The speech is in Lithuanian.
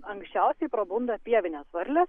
anksčiausiai prabunda pievinės varlės